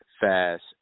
fast